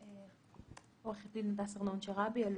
אלו"ט.